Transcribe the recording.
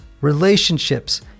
relationships